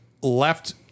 left